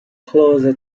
closer